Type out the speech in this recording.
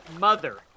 mother